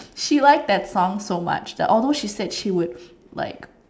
she like that song so much although she said that she would like